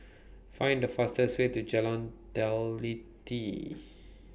Find The fastest Way to Jalan Teliti